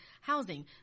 housing